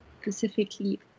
specifically